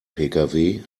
pkw